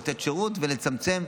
לתת שירות ולצמצם.